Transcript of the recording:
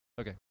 Okay